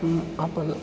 हूँ अपन